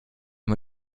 man